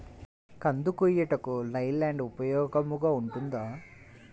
కంది కోయుటకు లై ల్యాండ్ ఉపయోగముగా ఉంటుందా?